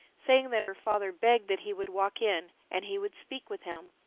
saying that her father begged that he would walk in, and he would speak with him.